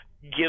give